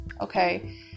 okay